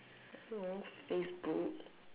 most Facebook